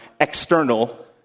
external